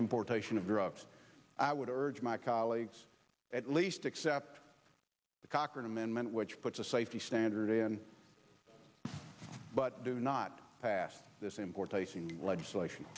importation of dropped i would urge my colleagues at least except the cochrane amendment which puts a safety standard in but do not pass this importation legislation